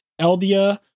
eldia